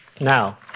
Now